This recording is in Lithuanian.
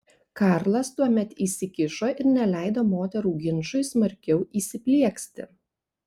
karlas tuomet įsikišo ir neleido moterų ginčui smarkiau įsiplieksti